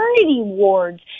wards